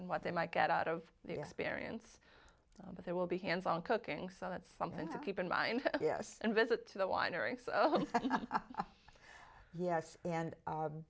and what they might get out of the experience but there will be hands on cooking so that's something to keep in mind and visit to the winery yes and